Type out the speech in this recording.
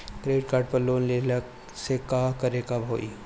Credit card पर loan लेला से का का करे क होइ?